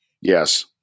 Yes